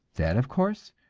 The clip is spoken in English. that, of course,